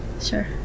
sure